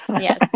yes